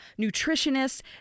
nutritionists